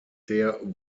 der